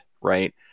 Right